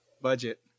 Budget